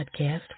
Podcast